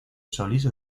solís